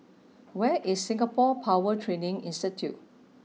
where is Singapore Power Training Institute